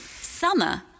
Summer